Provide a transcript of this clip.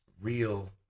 real